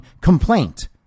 complaint